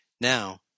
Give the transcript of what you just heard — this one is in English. Now